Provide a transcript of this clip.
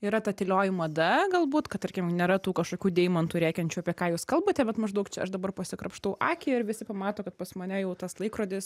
yra ta tylioji mada galbūt kad tarkim nėra tų kažkokių deimantų rėkiančių apie ką jūs kalbate bet maždaug čia aš dabar pasi krapštau akį ir visi pamato kad pas mane jau tas laikrodis